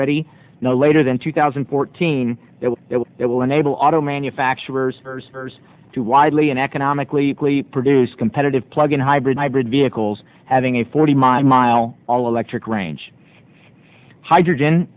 ready no later than two thousand and fourteen that will enable auto manufacturers to widely and economically produce competitive plug in hybrid hybrid vehicles having a forty mile all electric range hydrogen